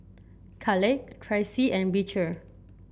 Kaleigh Tracy and Beecher